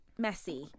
Messy